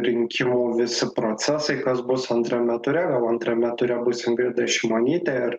rinkimų visi procesai kas bus antrame ture gal antrame ture bus ingrida šimonytė ir